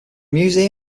museum